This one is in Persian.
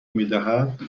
میدهد